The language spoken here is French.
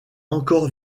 encore